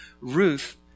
Ruth